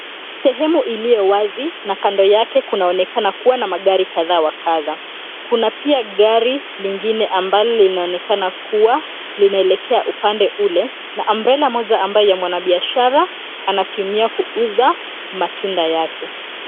Sehemu iliyowazi na kando yake kunaonekana kuwa na magari kadha wa kadha. Kuna pia gari lingine ambalo linaonekana kuwa linaelekea upande ule na umbrella moja ambaye mwanabiashara anatumia kuuza matunda yake.